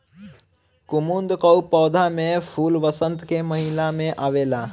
कुमुद कअ पौधा में फूल वसंत के महिना में आवेला